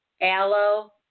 Aloe